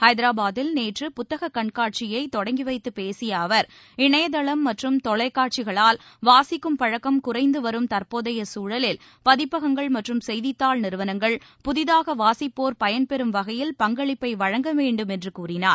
ஹைதராபாத்தில் நேற்று புத்தககாட்சியை தொடங்கி வைத்து பேசிய அவர் இணையதளம் மற்றும் தொலைக்காட்சிகளால் வாசிக்கும் பழக்கம் குறைந்துவரும் தற்போதைய சூழலில் பதிப்பகங்கள் மற்றும் செய்திதாள் நிறுவனங்கள் புதிதாக வாசிப்போர் பயன்பெறும் வகையில் பங்களிப்பை வழங்க வேண்டுமென்று கூறினார்